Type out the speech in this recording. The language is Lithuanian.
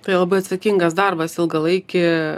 tai labai atsakingas darbas ilgalaikį